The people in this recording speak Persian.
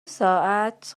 ساعت